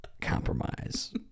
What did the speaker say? Compromise